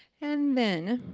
and then,